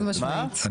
לא,